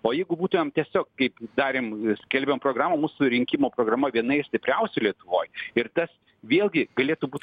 o jeigu būtumėm tiesiog kaip darėm skelbėm programą mūsų rinkimo programa viena iš stipriausių lietuvoj ir tas vėlgi galėtų būt